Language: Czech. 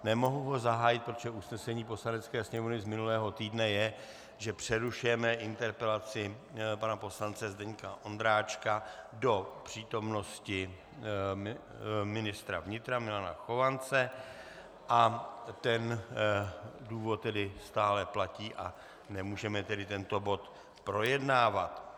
Nemohu ho zahájit, protože usnesení Poslanecké sněmovny z minulého týdne je, že přerušujeme interpelaci pana poslance Zdeňka Ondráčka do přítomnosti ministra vnitra Milana Chovance, ten důvod tedy stále platí a nemůžeme tedy tento bod projednávat.